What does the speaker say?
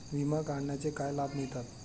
विमा काढण्याचे काय लाभ मिळतात?